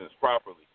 properly